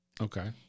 Okay